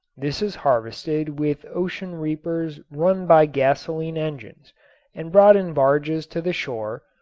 this is harvested with ocean reapers run by gasoline engines and brought in barges to the shore,